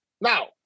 Now